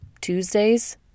Tuesdays